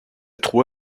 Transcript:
trop